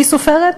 מי סופרת?